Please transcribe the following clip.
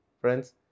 friends